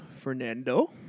Fernando